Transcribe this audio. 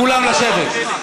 בואו נשמע.